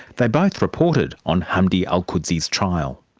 they both reported on hamdi alqudsi's trial.